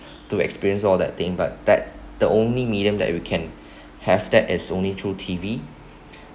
to to experience all that thing but that the only medium that we can have that it's only through T_V